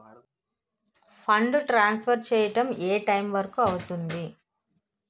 Fund transfer చేయడం ఏ time వరుకు అవుతుంది?